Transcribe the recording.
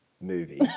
movie